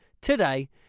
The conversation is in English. today